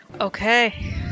Okay